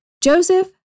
Joseph